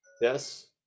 Yes